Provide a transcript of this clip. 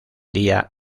día